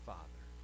Father